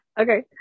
Okay